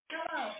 Hello